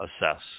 assess